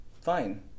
fine